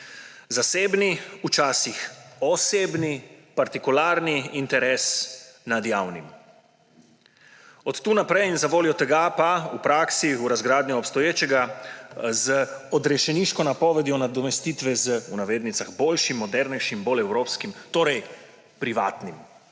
zasebni, včasih osebni, partikularni interes nad javnim. Od tu naprej in zavoljo tega pa v praksi v razgradnjo obstoječega z odrešeniško napovedjo nadomestitve z »boljšim, modernejšim, bolj evropskim, torej privatnim«.